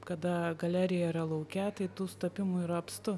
kada galerija yra lauke tai tų sutapimų yra apstu